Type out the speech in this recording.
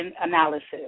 Analysis